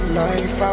life